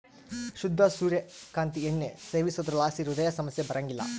ಶುದ್ಧ ಸೂರ್ಯ ಕಾಂತಿ ಎಣ್ಣೆ ಸೇವಿಸೋದ್ರಲಾಸಿ ಹೃದಯ ಸಮಸ್ಯೆ ಬರಂಗಿಲ್ಲ